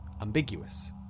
ambiguous